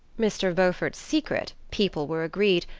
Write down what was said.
mr. beaufort's secret, people were agreed,